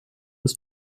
bis